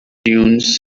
dunes